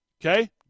Okay